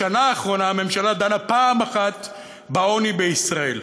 בשנה האחרונה, הממשלה דנה פעם אחת בעוני בישראל.